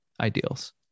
ideals